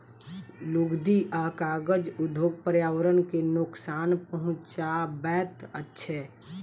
लुगदी आ कागज उद्योग पर्यावरण के नोकसान पहुँचाबैत छै